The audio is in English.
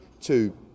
two